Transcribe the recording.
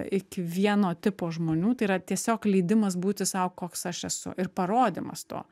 iki vieno tipo žmonių tai yra tiesiog leidimas būti sau koks aš esu ir parodymas to